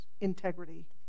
integrity